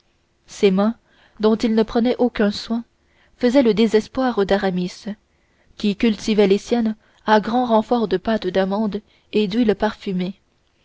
ses mains dont il ne prenait aucun soin faisaient le désespoir d'aramis qui cultivait les siennes à grand renfort de pâte d'amandes et d'huile parfumée